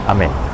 Amen